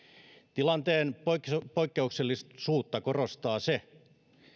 tilanteen poikkeuksellisuutta korostaa se